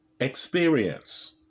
experience